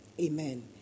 Amen